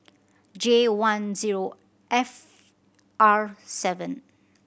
J one zero F R seven